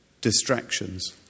distractions